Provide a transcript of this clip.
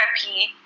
therapy